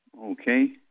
Okay